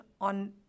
on